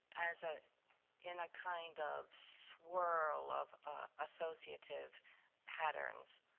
as a in a kind of swirl of associative patterns,